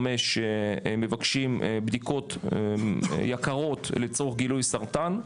שמבקשים בדיקות יקרות לצורך גילוי סרטן,